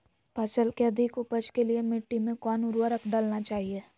फसल के अधिक उपज के लिए मिट्टी मे कौन उर्वरक डलना चाइए?